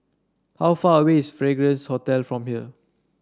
how far away is Fragrance Hotel from here